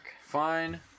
Fine